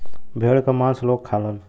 भेड़ क मांस लोग खालन